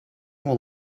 will